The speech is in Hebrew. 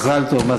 מזל טוב.